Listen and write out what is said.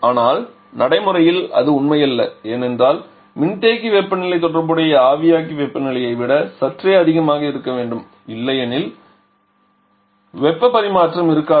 ஆனால் நடைமுறையில் அது உண்மையல்ல ஏனென்றால் மின்தேக்கி வெப்பநிலை தொடர்புடைய ஆவியாக்கி வெப்பநிலையை விட சற்றே அதிகமாக இருக்க வேண்டும் இல்லையெனில் வெப்ப பரிமாற்றம் இருக்காது